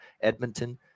Edmonton